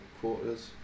quarters